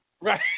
Right